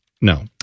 No